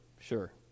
sure